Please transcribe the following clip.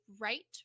right